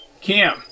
Cam